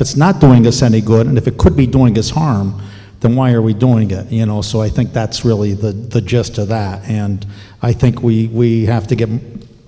it's not going to send a good and if it could be doing us harm then why are we doing it you know so i think that's really the the gist of that and i think we have to get